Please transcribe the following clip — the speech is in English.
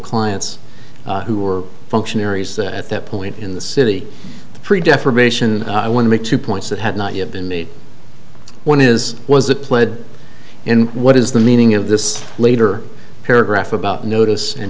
clients who were functionaries that at that point in the city three defamation i want to make two points that had not yet been made one is was that pled in what is the meaning of this later paragraph about notice and